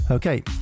Okay